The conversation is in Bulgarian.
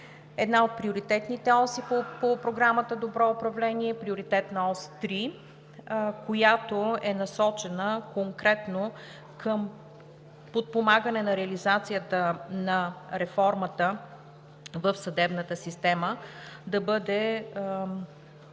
една от приоритетните оси по Програмата „Добро управление“ – Приоритетна ос 3, която е насочена конкретно към подпомагане на реализацията на реформата в съдебната система, да бъде